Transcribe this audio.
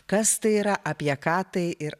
kas tai yra apie ką tai ir